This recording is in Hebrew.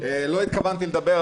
לא התכוונתי לדבר,